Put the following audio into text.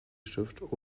stirbt